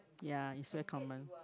ya is very common